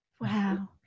Wow